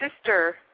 sister